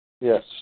Yes